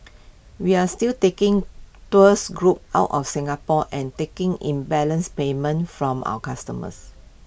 we are still taking tours groups out of Singapore and taking in balance payments from our customers